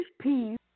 Peace